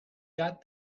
got